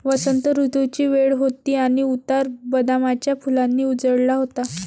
वसंत ऋतूची वेळ होती आणि उतार बदामाच्या फुलांनी उजळला होता